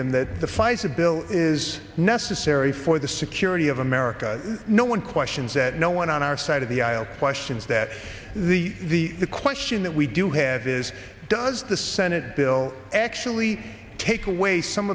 him that the pfizer bill is necessary for the security of america no one questions that no one on our side of the aisle questions that the question that we do have is does the senate bill actually take away some